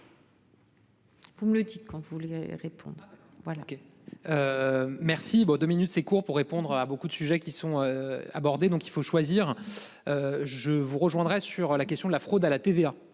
Vous me le dites qu'on vous voulez répondre. Voilà. Merci. Vos deux minutes c'est court pour répondre à beaucoup de sujets qui sont. Abordés donc il faut choisir. Je vous rejoindrais sur la question de la fraude à la TVA